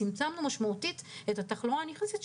צמצמנו משמעותית את התחלואה הנכנסת,